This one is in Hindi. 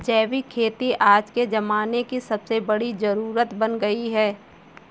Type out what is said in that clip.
जैविक खेती आज के ज़माने की सबसे बड़ी जरुरत बन गयी है